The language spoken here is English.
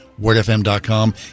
Wordfm.com